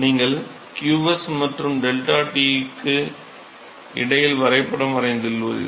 நீங்கள் qs மற்றும் 𝝙T க்கு இடையில் வரைப்படம் வரைந்துள்ளீர்கள்